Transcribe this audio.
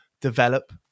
develop